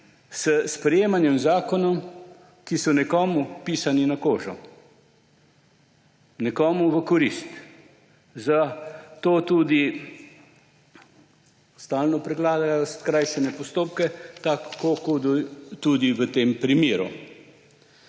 s sprejemanjem zakonov, ki so nekomu pisani na kožo, nekomu v korist. Zato tudi stalno predlagajo skrajšane postopke, tako je tudi v tem primeru.